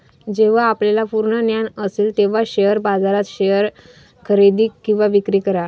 जेव्हा आपल्याला पूर्ण ज्ञान असेल तेव्हाच शेअर बाजारात शेअर्स खरेदी किंवा विक्री करा